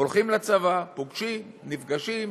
הולכים לצבא, פוגשים, נפגשים,